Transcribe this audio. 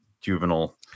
juvenile